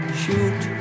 shoot